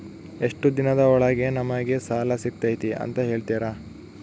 ಎಷ್ಟು ದಿನದ ಒಳಗೆ ನಮಗೆ ಸಾಲ ಸಿಗ್ತೈತೆ ಅಂತ ಹೇಳ್ತೇರಾ?